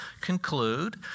conclude